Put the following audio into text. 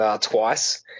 twice